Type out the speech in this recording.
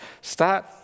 Start